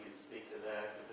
speak to that,